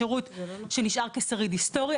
זה שירות שנשאר כשריד היסטורי.